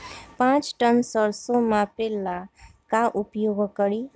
पाँच टन सरसो मापे ला का उपयोग करी?